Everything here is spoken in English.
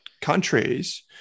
countries